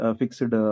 fixed